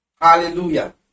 Hallelujah